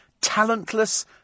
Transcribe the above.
talentless